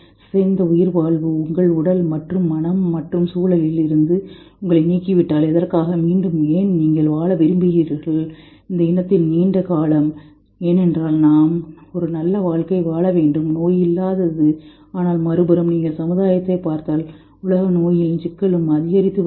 சிதைந்த உயிர்வாழ்வு உங்கள் உடல் மற்றும் மனம் மற்றும் சூழலில் இருந்து உங்களை நீக்கிவிட்டால் எதற்காக மீண்டும் ஏன் நீங்கள் வாழ விரும்புகிறீர்கள் இந்த இனத்தின் நீண்ட காலம் ஏனென்றால் நாம் ஒரு நல்ல வாழ்க்கை வாழ வேண்டும் நோய் இல்லாதது ஆனால் மறுபுறம் நீங்கள் சமுதாயத்தைப் பார்த்தால் உலக நோயின் சிக்கலும் அதிகரித்து வருகிறது